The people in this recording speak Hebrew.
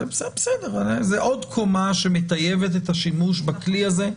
זה עוד קומה שמטייבת את השימוש בכלי הזה.